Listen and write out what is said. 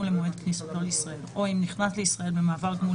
למועד כניסתו לישראל או אם נכנס לישראל במעבר גבול